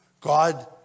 God